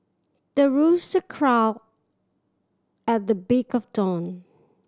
the rooster crow at the break of dawn